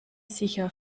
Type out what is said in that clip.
sicher